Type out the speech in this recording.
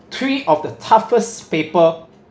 three of the toughest paper